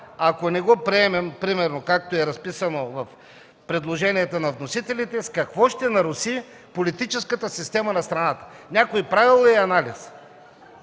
ако не приемем примерно както е разписано в предложението на вносителите, с какво ще се наруши политическата система на страната, някой правил ли е анализ?